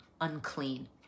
unclean